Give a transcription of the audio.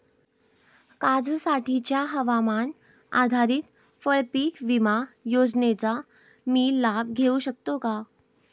काजूसाठीच्या हवामान आधारित फळपीक विमा योजनेचा मी लाभ घेऊ शकतो का?